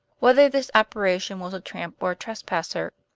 whether this apparition was a tramp or a trespasser,